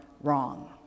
Wrong